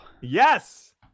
Yes